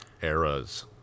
Eras